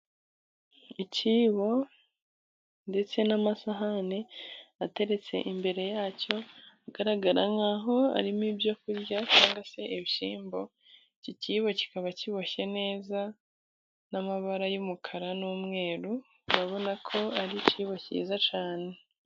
Ikibo ndetse n'amasahani ateretse imbere yacyo agaragara nkaho harimo ibyo kurya cyangwa se ibishyimbo. Iki kibo kikaba kiboshye neza n'amabara y'umukara n'umweru, urabona ko ari ikibo cyiza cyane.